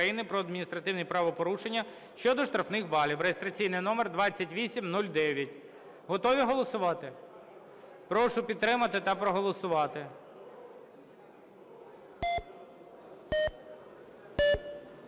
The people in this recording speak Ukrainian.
про адміністративні правопорушення щодо штрафних балів (реєстраційний номер 2809). Готові голосувати? Прошу підтримати та проголосувати.